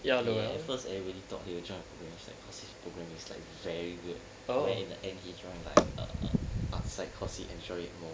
he at first everyone thought he will join programming side because his programming is like very good but in the end he joined like err arts side because he enjoyed it more